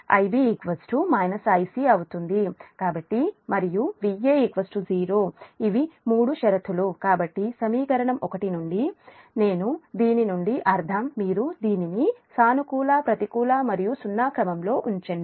కాబట్టి మరియు Va 0 ఇవి మూడు షరతులు కాబట్టి సమీకరణం నుండి దీని నుండి నేను దీని నుండి అర్ధం మీరు దీనిని సానుకూల ప్రతికూల మరియు సున్నా క్రమంలో ఉంచండి